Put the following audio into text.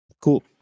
cool